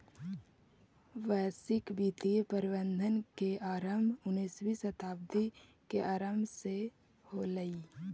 वैश्विक वित्तीय प्रबंधन के आरंभ उन्नीसवीं शताब्दी के आरंभ से होलइ